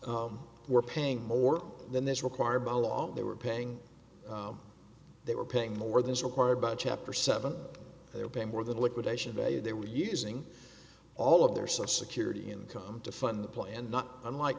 booker we're paying more than that's required by law they were paying they were paying more than is required by chapter seven their pay more than liquidation value they were using all of their social security income to fund the plan and not unlike